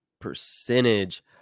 percentage